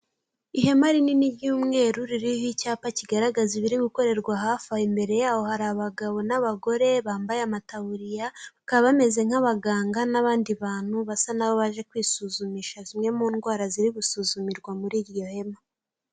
Ihema rinini ry'umweru ririho icyapa kigaragaza ibiri gukorerwa aho. Hafi aho imbere yaho hari abagabo n'abagore bambaye amataburiya, bakaba bameze nk'abaganga, n'abandi bantu basa nk’aho baje kwisuzumisha zimwe mu ndwara ziri gusuzumirwa muri iryo hema.